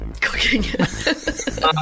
Cooking